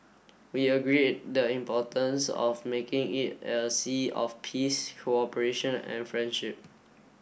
we agreed the importance of making it a sea of peace cooperation and friendship